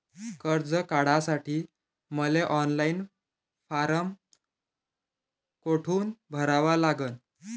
कर्ज काढासाठी मले ऑनलाईन फारम कोठून भरावा लागन?